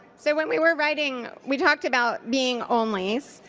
so when we were writing, we talked about being only's.